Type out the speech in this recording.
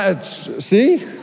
See